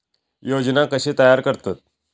योजना कशे तयार करतात?